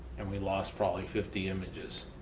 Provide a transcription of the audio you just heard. and we lost probably fifty images.